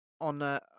on